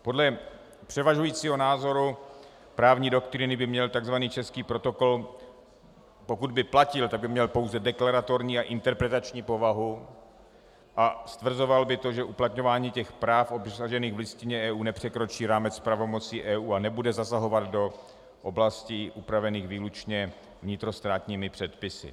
Podle převažujícího názoru právní doktríny by měl takzvaný český protokol, pokud by platil, pouze deklaratorní a interpretační povahu a stvrzoval by to, že uplatňování práv obsažených v listině EU nepřekročí rámec pravomocí EU a nebude zasahovat do oblastí upravených výlučně vnitrostátními předpisy.